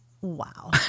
Wow